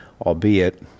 albeit